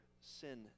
sin